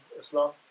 Islam